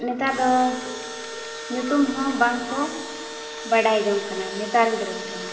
ᱱᱮᱛᱟᱨ ᱫᱚ ᱧᱩᱛᱩᱢ ᱦᱚᱸ ᱵᱟᱝᱠᱚ ᱵᱟᱰᱟᱭ ᱡᱚᱝ ᱠᱟᱱᱟ ᱱᱮᱛᱟᱨ ᱜᱤᱫᱽᱨᱟᱹ ᱠᱚᱫᱚ